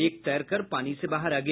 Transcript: एक तैर कर पानी से बाहर आ गया